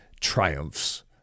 triumphs